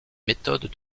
méthodes